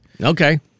Okay